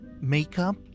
makeup